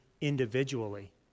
individually